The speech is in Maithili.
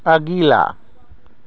अगिला